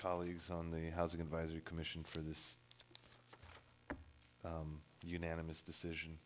colleagues on the housing advisory commission for this unanimous decision